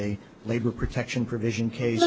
a labor protection provision case